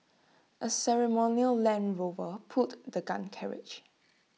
A ceremonial land Rover pulled the gun carriage